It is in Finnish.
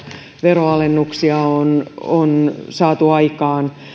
veronalennuksia on on saatu aikaan